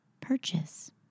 purchase